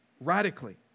radically